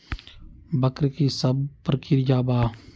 वक्र कि शव प्रकिया वा?